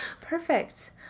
Perfect